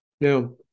Now